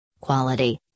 Quality